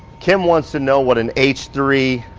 kim wants to know what an h three